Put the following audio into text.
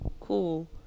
cool